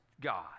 God